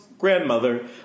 grandmother